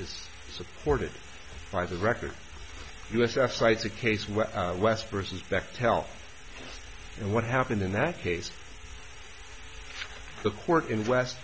is supported by the record us as cites a case where west versus bechtel and what happened in that case the court in west